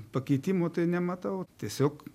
pakeitimų tai nematau tiesiog